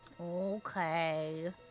Okay